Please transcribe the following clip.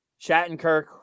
Shattenkirk